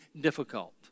difficult